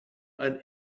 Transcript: ein